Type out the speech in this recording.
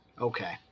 Okay